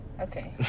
Okay